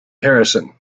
harrison